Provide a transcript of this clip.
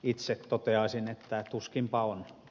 itse toteaisin että tuskinpa on